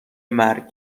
مرگ